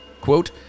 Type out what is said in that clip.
quote